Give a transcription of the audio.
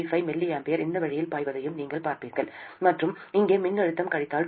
35 mA அந்த வழியில் பாய்வதையும் நீங்கள் பார்ப்பீர்கள் மற்றும் இங்கே மின்னழுத்தம் கழித்தல் 2